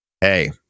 hey